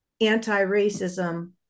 anti-racism